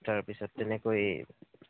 তাৰ পিছত তেনেকৈয়ে